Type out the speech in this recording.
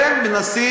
כן,